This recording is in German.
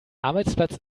arbeitsplatz